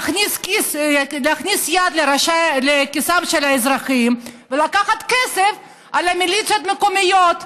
להכניס יד לכיסם של האזרחים ולקחת כסף על מיליציות מקומיות,